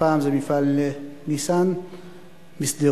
הפעם זה מפעל "ניסן" בשדרות,